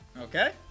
Okay